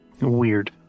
weird